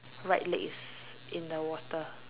right leg is in the water